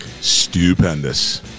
Stupendous